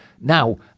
Now